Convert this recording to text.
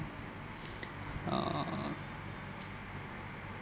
uh